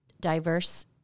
diverse